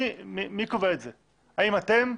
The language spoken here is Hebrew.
מי קובע את זה, האם אתם?